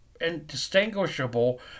indistinguishable